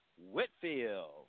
Whitfield